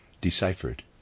deciphered